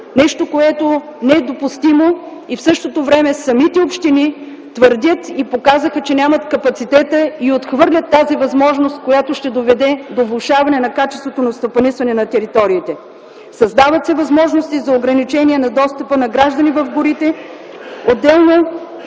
Нещо, което е недопустимо и в същото време самите общини твърдят и показаха, че нямат капацитета и отхвърлят тази възможност, която ще доведе до влошаване качеството на стопанисване на териториите. Създават се възможности за ограничение на достъпа на гражданите в горите. Последно,